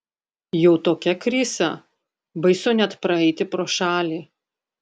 jau tokia krisa baisu net praeiti pro šalį